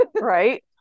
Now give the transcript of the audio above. right